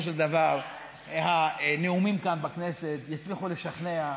של דבר הנאומים כאן בכנסת יצליחו לשכנע,